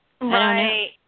Right